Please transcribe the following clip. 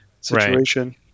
situation